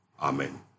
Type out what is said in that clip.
Amen